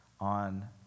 on